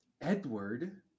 Edward